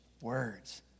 words